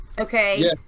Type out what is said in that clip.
Okay